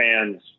fans